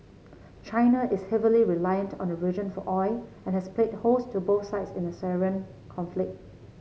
China is heavily reliant on the region for oil and has played host to both sides in the Syrian conflict